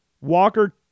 Walker